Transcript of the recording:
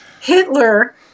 Hitler